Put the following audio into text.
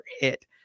hit